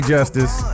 Justice